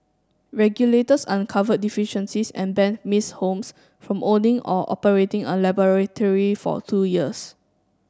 regulators uncovered deficiencies and ban Miss Holmes from owning or operating a laboratory for two years